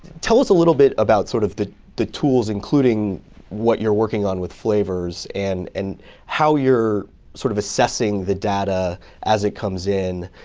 tell us a little bit about sort of the the tools, including what you're working on with flavors. and and how you're sort of assessing the data as it comes in,